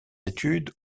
études